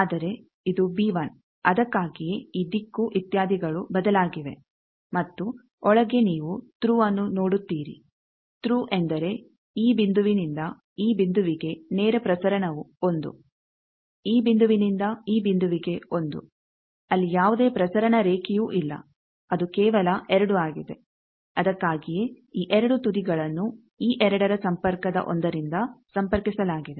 ಆದರೆ ಇದು b1 ಅದಕ್ಕಾಗಿಯೇ ಈ ದಿಕ್ಕು ಇತ್ಯಾದಿಗಳು ಬದಲಾಗಿವೆ ಮತ್ತು ಒಳಗೆ ನೀವು ಥ್ರೂಅನ್ನು ನೋಡುತ್ತೀರಿ ಥ್ರೂ ಎಂದರೆ ಈ ಬಿಂದುವಿನಿಂದ ಈ ಬಿಂದುವಿಗೆ ನೇರ ಪ್ರಸರಣವು ಒಂದು ಈ ಬಿಂದುವಿನಿಂದ ಈ ಬಿಂದುವಿಗೆ ಒಂದು ಅಲ್ಲಿ ಯಾವುದೇ ಪ್ರಸರಣ ರೇಖೆಯೂ ಇಲ್ಲ ಅದು ಕೇವಲ 2 ಆಗಿದೆ ಅದಕ್ಕಾಗಿಯೇ ಈ ಎರಡು ತುದಿಗಳನ್ನು ಈ ಎರಡರ ಸಂಪರ್ಕದ ಒಂದರಿಂದ ಸಂಪರ್ಕಿಸಲಾಗಿದೆ